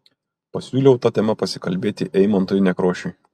pasiūliau ta tema pasikalbėti eimuntui nekrošiui